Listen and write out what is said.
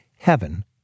heaven